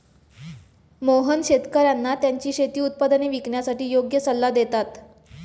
मोहन शेतकर्यांना त्यांची शेती उत्पादने विकण्यासाठी योग्य सल्ला देतात